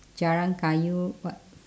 jalan kayu what